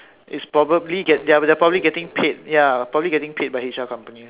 it's probably they're probably getting paid ya probably paid by H_R company